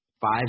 five